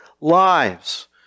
lives